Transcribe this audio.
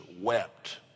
wept